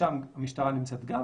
ששם המשטרה נמצאת גם,